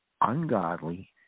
ungodly